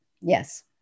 Yes